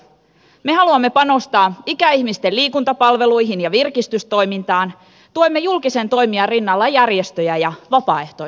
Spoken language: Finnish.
me haluamme panostaa ikäihmisten liikuntapalveluihin ja virkistystoimintaan tuemme julkisen toimijan rinnalla järjestöjä ja vapaaehtoistyötä